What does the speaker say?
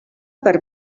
per